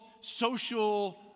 social